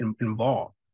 involved